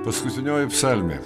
paskutinioji psalmė